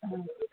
ம்